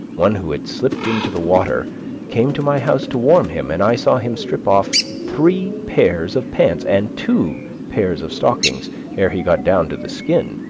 one who had slipped into the water came to my house to warm him, and i saw him strip off three pairs of pants and two pairs of stockings ere he got down to the skin,